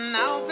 now